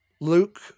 Luke